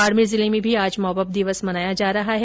बाडमेर जिले में भी आज मॉपअप दिवस मनाया जा रहा है